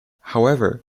however